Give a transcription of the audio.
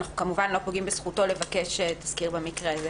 אנחנו לא פוגעים בזכותו לבקש תסקיר במקרה הזה.